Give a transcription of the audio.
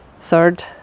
Third